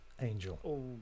Angel